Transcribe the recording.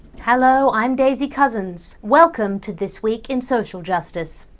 hello, i'm daisy cousens. welcome to this week in social justice.